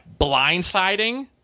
blindsiding